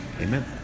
Amen